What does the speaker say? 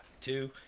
two